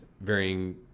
varying